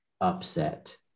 upset